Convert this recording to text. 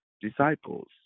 disciples